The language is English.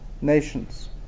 nations